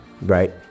Right